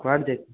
କୁଆଡ଼େ